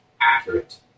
accurate